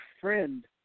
friend